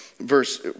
verse